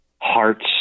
hearts